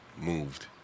moved